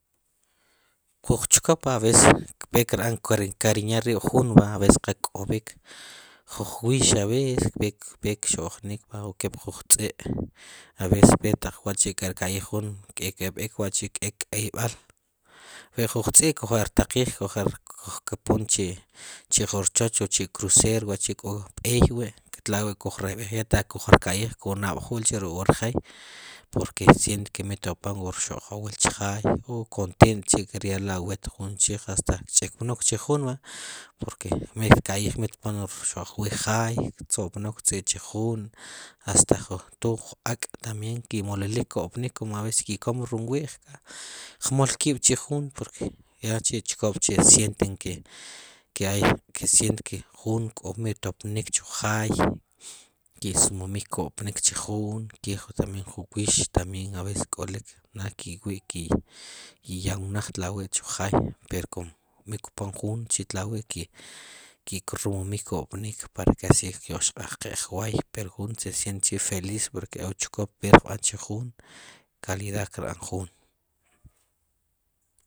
Kuj chkop a veces ver kerb'an encariñar rib' jun a veces kal kk'ob'ik ju wix a a veces pe kxojnik kep juq tzi' a veces b'e taq wachi' taq ke'r kayij jun wahi' k ek pk'eyb'al juq tzi' kuj ji'r taqij kpon chir choch wachi' chi' crucero wachi' k'o b'ey wi' tlawi' kuj royb'ej taq kuj rkayiij ku' nab'jul ruk' wir jey porque siente ke mitopoon wirxojowil chjay contento chi' kirya'la' veulta chiqij hasta kch'kpinok chij jun verdad porque mit kayiij wurxojowil jay ktzopnpk tz'i' chin jun hasta ju toj ak' ki' mololik kopnik com a veces ki'com rum wii'j kmolkib' chij jun yak'chi ki chkop siente que jun miy topnik pjay ki' sumumik kopnik chij jun ke jun tabien jun wix a veces nada ki wi'k kya'wnaj chujay pero como mitpon jun chi talaw' ki' rumumik ko'pnik para que asi kyo'kxqaj qek woy pero jun se siente chi' feliz porque are' wuchkop kerb'an chij jun calidad kerb'a jun